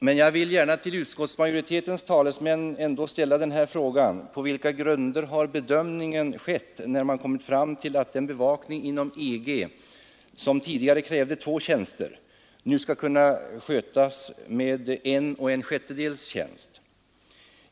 Men jag vill gärna till utskottsmajoritetens talesmän ställa frågan: På vilka grunder har bedömningen skett, när man har kommit fram till att den bevakning inom EG som tidigare krävde två tjänster nu skall skötas med en och en sjättedels tjänst?